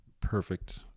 perfect